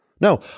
No